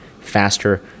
faster